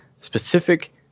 specific